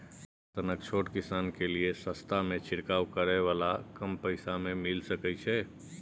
हमरा सनक छोट किसान के लिए सस्ता में छिरकाव करै वाला कम पैसा में मिल सकै छै?